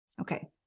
Okay